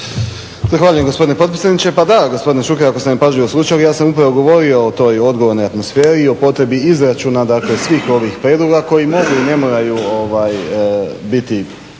gospodine potpredsjedniče. Pa da gospodine Šuker, ako ste me pažljivo slušali ja sam upravo govorio o toj odgovornoj atmosferi i o potrebi izračuna dakle svih ovih prijedloga koji mogu ili ne moraju biti